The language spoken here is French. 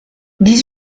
dix